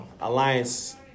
Alliance